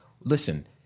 Listen